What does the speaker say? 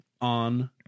on